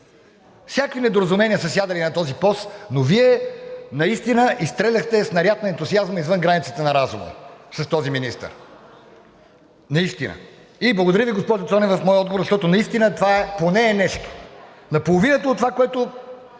Всякакви недоразумения са сядали на този пост, но Вие наистина изстреляхте снаряд на ентусиазма извън границата на разума с този министър наистина. И благодаря Ви, госпожо Цонева, в моя отговор това поне е нещо – на половината от това, което